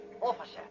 officer